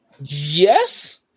Yes